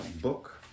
book